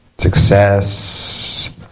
Success